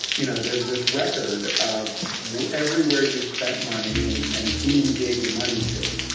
you know there's this record of everywhere you spent money and and who you gave the money to.